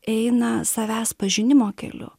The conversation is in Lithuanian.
eina savęs pažinimo keliu